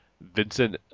Vincent